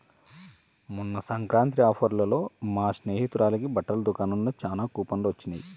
మొన్న సంక్రాంతి ఆఫర్లలో మా స్నేహితురాలకి బట్టల దుకాణంలో చానా కూపన్లు వొచ్చినియ్